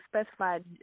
specified